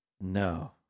No